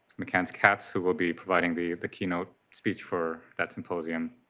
mccance-katz, who will be providing the the keynote speech for that symposium.